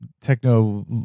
techno